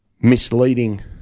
misleading